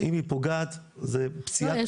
אם היא